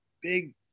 big